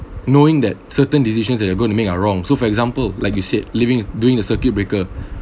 knowing that certain decisions that are going to make a wrong so for example like you said living is doing the circuit breaker